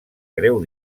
greu